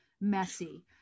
messy